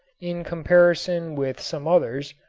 in comparison with some others,